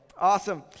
Awesome